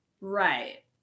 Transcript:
Right